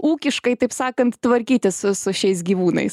ūkiškai taip sakant tvarkytis su su šiais gyvūnais